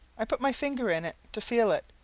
i put my finger in, to feel it,